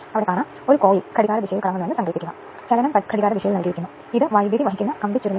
അതിനാൽ ഈ സൂത്രവാക്യങ്ങളുടെ കാര്യക്ഷമത 98